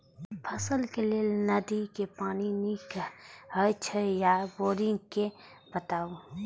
फसलक लेल नदी के पानी नीक हे छै या बोरिंग के बताऊ?